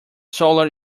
solar